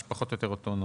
פחות או יותר, או הנוסח.